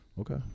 Okay